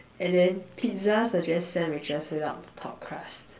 and then pizza are just sandwiches without the top crust